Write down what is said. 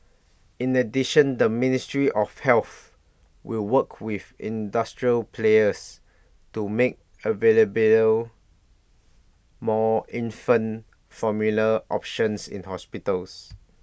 in addition the ministry of health will work with industrial players to make available more infant formula options in hospitals